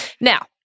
Now